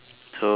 so